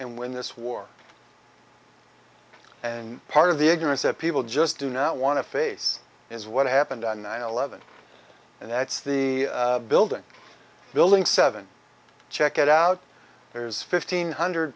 and win this war and part of the ignorance that people just do not want to face is what happened on nine eleven and that's the building building seven check it out there's fifteen hundred